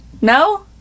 No